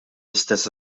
istess